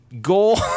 goal